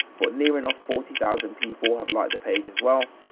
but never in a forty thousand people have liked the page as well.